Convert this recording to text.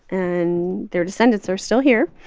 and their descendants are still here,